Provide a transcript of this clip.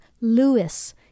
Lewis